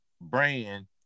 brand